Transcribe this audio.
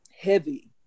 heavy